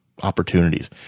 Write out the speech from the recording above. opportunities